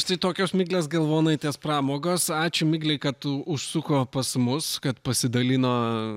štai tokios miglės galvonaitės pramogos ačiū miglei kad užsuko pas mus kad pasidalino